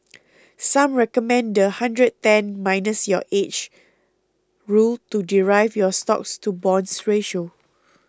some recommend the 'hundred ten minus your age' rule to derive your stocks to bonds ratio